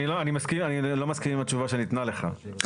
אני לא מסכים עם התשובה שניתנה לך.